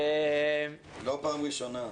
לא בפעם הראשונה.